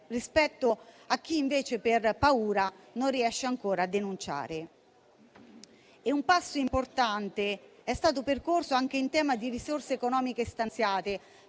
rispetto a chi invece per paura non riesce ancora a denunciare. Un passo importante è stato percorso anche in tema di risorse economiche stanziate.